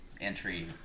entry